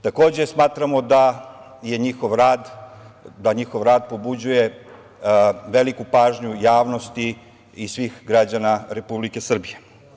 Takođe smatramo da njihov rad pobuđuje veliku pažnju javnosti i svih građana Republike Srbije.